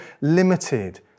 limited